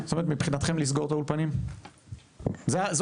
זאת אומרת, מבחינתכם לסגור את האולפנים?